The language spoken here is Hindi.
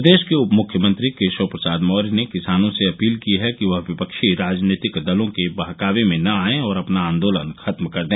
प्रदेश के उप मुख्यमंत्री केशव प्रसाद मौर्य ने किसानों से अपील की है कि वह विपक्षी राजनीतिक दलों के बहकावे न आये और अपना आन्दोलन खत्म कर दे